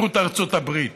שגרירות ארצות הברית,